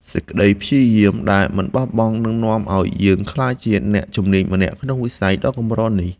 សេចក្តីព្យាយាមដែលមិនបោះបង់នឹងនាំឱ្យយើងក្លាយជាអ្នកជំនាញម្នាក់ក្នុងវិស័យដ៏កម្រនេះ។